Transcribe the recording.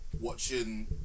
watching